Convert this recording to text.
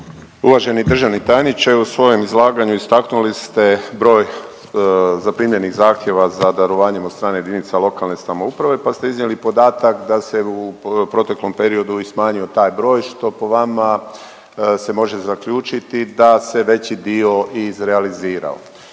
Uvaženi državni tajniče. U svojem izlaganju istaknuli ste broj zaprimljenih zahtjeva za darovanjem od strane jedinica lokalne samouprave, pa ste iznijeli podatak da se u proteklom periodu i smanjio taj broj što po vama se može zaključiti da se veći dio izrealizirao.